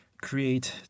create